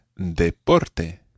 deporte